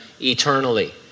eternally